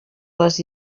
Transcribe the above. les